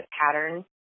pattern